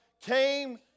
came